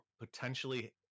potentially